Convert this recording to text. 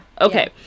Okay